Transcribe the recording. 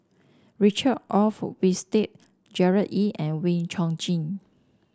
Richard Olaf Winstedt Gerard Ee and Wee Chong Jin